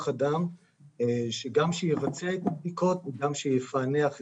אדם גם שיבצע בדיקות וגם שיפענח אותן.